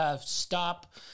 stop